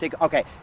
Okay